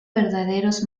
verdaderos